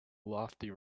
lofty